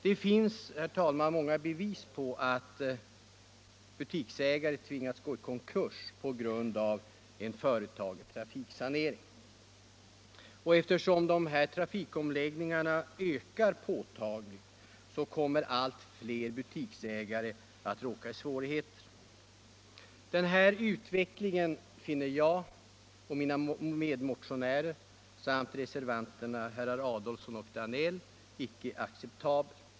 Det finns, herr talman, många bevis på att butiksägare tvingas gå i konkurs på grund av en företagen trafiksanering. Eftersom de här trafikomläggningarna ökar påtagligt, kommer allt fler butiksägare att råka i svårigheter. Denna utveckling finner jag och mina medmotionärer samt reservanterna, herrar Adolfsson och Danell, icke acceptabel.